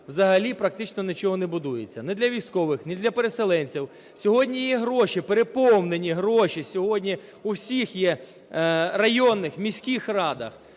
взагалі практично нічого не будується ні для військових, ні для переселенців. Сьогодні є гроші, переповнені гроші сьогодні у всіх є районних, міських радах.